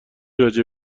راجع